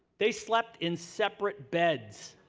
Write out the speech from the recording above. they slept in separate beds.